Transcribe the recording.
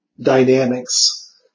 dynamics